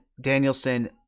danielson